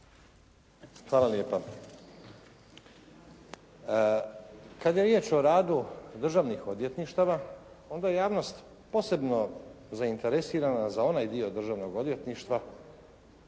Nenad (SDP)** Kada je riječ o radu državnih odvjetništava, onda je javnost posebno zainteresirana za onaj dio državnog odvjetništva